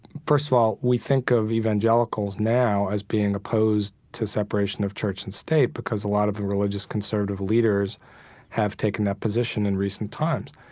first of all, we think of evangelicals now as being opposed to separation of church and state because a lot of the religious, conservative leaders have taken that position in recent times.